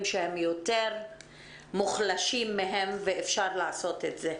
שהם יותר מוחלשים מהם ואפשר לעשות את זה.